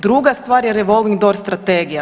Druga stvar je Revolving doors strategija.